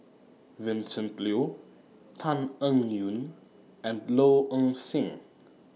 Vincent Leow Tan Eng Yoon and Low Ing Sing